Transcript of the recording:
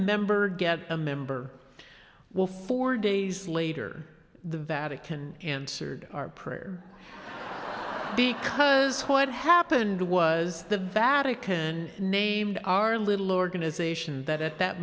member get a member well four days later the vatican answered our prayer and because what happened was the vatican named our little organization that at that